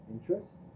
interest